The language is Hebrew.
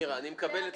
אני מקבל.